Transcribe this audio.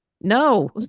no